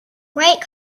bright